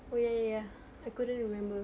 oh ya ya ya I couldn't remember